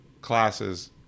classes